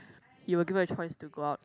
you were given a choice to go out